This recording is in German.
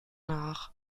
nach